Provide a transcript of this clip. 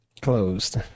Closed